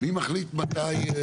מי מחליט מתי?